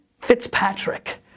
Fitzpatrick